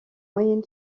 moyenne